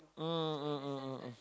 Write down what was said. mm mm mm mm mm